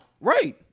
Right